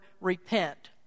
repent